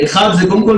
קודם כול,